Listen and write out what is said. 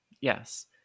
yes